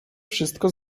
wszystko